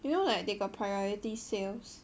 you know like they got priority sales